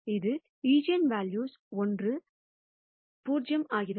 இது ஈஜென்வெல்யூக்களில் ஒன்று 0 ஆகிறது